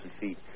feet